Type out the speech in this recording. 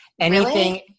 Anything-